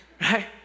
right